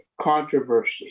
controversy